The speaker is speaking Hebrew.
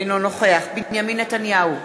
אינו נוכח בנימין נתניהו,